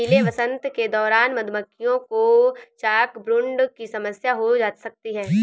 गीले वसंत के दौरान मधुमक्खियों को चॉकब्रूड की समस्या हो सकती है